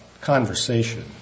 conversation